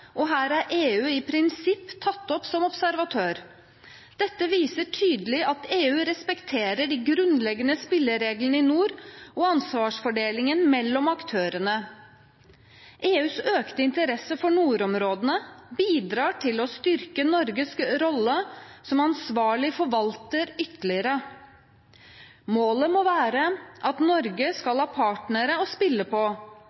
og her er EU i prinsippet tatt opp som observatør. Dette viser tydelig at EU respekterer de grunnleggende spillereglene i nord og ansvarsfordelingen mellom aktørene. EUs økte interesse for nordområdene bidrar til å styrke Norges rolle som ansvarlig forvalter ytterligere. Målet må være at Norge skal ha partnere å spille på